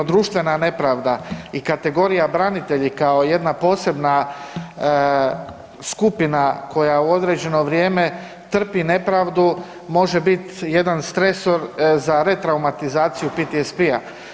Društvena nepravda i kategorija branitelji kao jedna posebna skupina koja u određeno vrijeme trpi nepravdu može biti jedan stresor za retraumatizaciju PTSP-a.